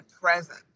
present